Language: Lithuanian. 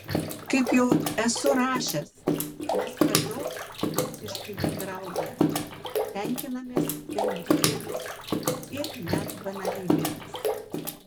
kaip jau esu rašęs mes per daug buitiškai bendraujame tenkinamės bendrybėmis ir net banalybėmis